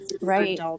Right